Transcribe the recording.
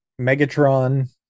Megatron